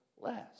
less